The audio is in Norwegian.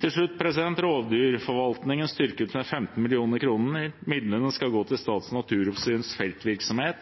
Til slutt: Rovdyrforvaltningen styrkes med 15 mill. kr. Midlene skal gå til Statens naturoppsyns feltvirksomhet